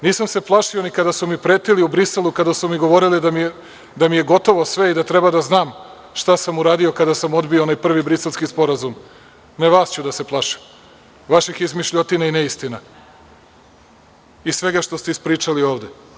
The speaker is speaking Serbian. Nisam se plašio ni kada su mi pretili u Briselu kada su mi govorili da mi je gotovo sve i da treba da znam šta sam uradio kada sam odbio onaj prvi Briselski sporazum, ne vas ću da se plašim, vaših izmišljotina i neistina i svega što ste ispričali ovde.